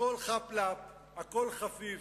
הכול חאפ-לאפ, הכול חפיף,